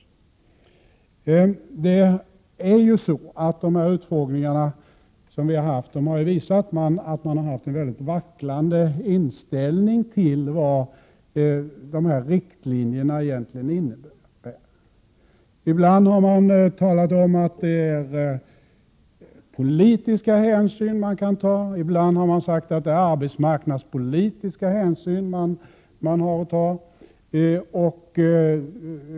De utskottsutfrågningar som ägt rum har visat att man har haft en vacklande inställning till vad riktlinjerna egentligen innebär. Ibland har man talat om att politiska hänsyn skall tas. Ibland har man sagt att arbetsmarknadspolitiska hänsyn skall tas.